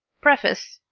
preface